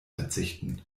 verzichten